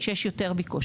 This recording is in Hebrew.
שיש יותר ביקוש.